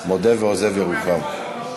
מודה ועוזב ירוחם.